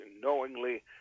knowingly